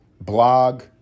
blog